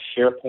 SharePoint